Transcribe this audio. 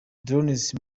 drones